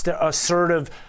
assertive